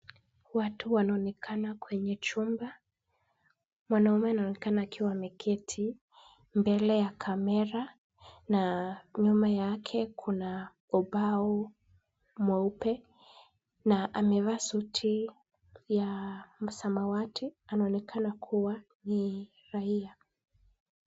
Watu wanaonekana kwenye chumba. Mwanaume anaonekana akiwa ameketi mbele ya kamera na nyuma yake kuna ubao mweupe na amevaa suti ya samawati. Anaonekana kuwa ni raia.